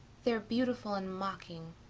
they're beautiful and mocking.